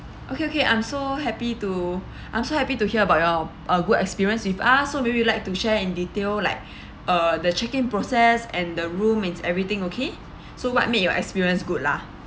okay okay I'm so happy to I'm so happy to hear about your a good experience with us so maybe you'd like to share in detail like uh the check-in process and the room is everything okay so what made your experience good lah